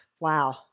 Wow